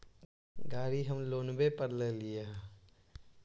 गाड़ी हम लोनवे पर लेलिऐ हे?